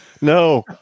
No